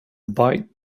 bite